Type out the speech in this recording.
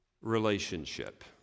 relationship